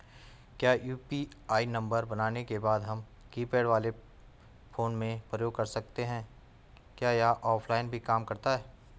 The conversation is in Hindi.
क्या यु.पी.आई नम्बर बनाने के बाद हम कीपैड वाले फोन में प्रयोग कर सकते हैं क्या यह ऑफ़लाइन भी काम करता है?